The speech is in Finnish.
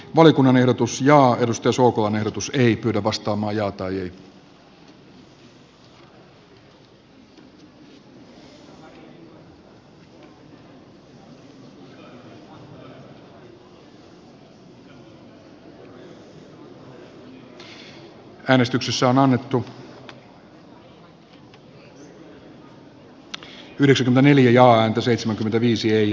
valiokunnan ehdotus ja edustus lukon ehdotus ei pyydä vasta oma ismo soukolan ehdotuksesta äänestetään valiokunnan ehdotusta vastaan